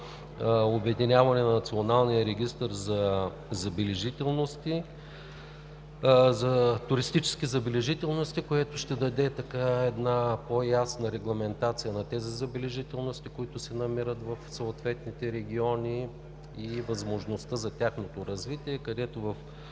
обединяване на Националния регистър за туристически забележителности, което ще даде по-ясна регламентация на тези забележителности, които се намират в съответните региони, и възможността за тяхното развитие. В